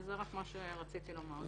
זה רק מה שרציתי לומר.